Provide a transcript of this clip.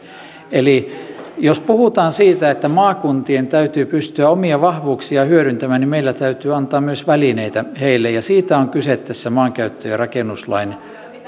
eli jos puhutaan siitä että maakuntien täytyy pystyä omia vahvuuksiaan hyödyntämään niin meidän täytyy myös antaa välineitä heille ja siitä on kyse tässä maankäyttö ja rakennuslain